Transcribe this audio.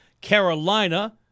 Carolina